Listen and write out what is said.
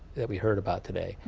that we heard about today.